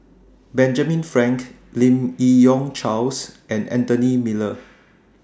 Benjamin Frank Lim Yi Yong Charles and Anthony Miller